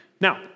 Now